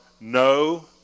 no